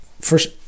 first